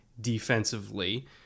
defensively